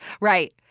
Right